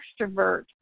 extrovert